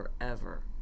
forever